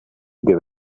give